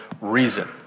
reason